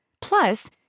Plus